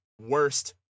worst